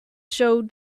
showed